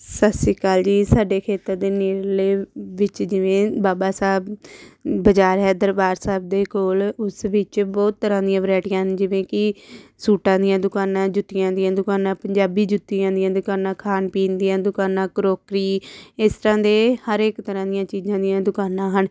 ਸਤਿ ਸ਼੍ਰੀ ਅਕਾਲ ਜੀ ਸਾਡੇ ਖੇਤਰ ਦੇ ਨੇੜਲੇ ਵਿੱਚ ਜਿਵੇਂ ਬਾਬਾ ਸਾਹਿਬ ਬਜ਼ਾਰ ਹੈ ਦਰਬਾਰ ਸਾਹਿਬ ਦੇ ਕੋਲ ਉਸ ਵਿੱਚ ਬਹੁਤ ਤਰ੍ਹਾਂ ਦੀਆਂ ਵਰਾਇਟੀਆਂ ਹਨ ਜਿਵੇਂ ਕਿ ਸੂਟਾਂ ਦੀਆਂ ਦੁਕਾਨਾਂ ਜੁੱਤੀਆਂ ਦੀਆਂ ਦੁਕਾਨਾਂ ਪੰਜਾਬੀ ਜੁੱਤੀਆਂ ਦੀਆਂ ਦੁਕਾਨਾਂ ਖਾਣ ਪੀਣ ਦੀਆਂ ਦੁਕਾਨਾਂ ਕਰੋਕਰੀ ਇਸ ਤਰ੍ਹਾਂ ਦੇ ਹਰ ਇੱਕ ਤਰ੍ਹਾਂ ਦੀਆਂ ਚੀਜ਼ਾਂ ਦੀਆਂ ਦੁਕਾਨਾਂ ਹਨ